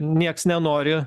nieks nenori